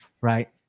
Right